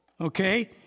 okay